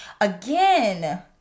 again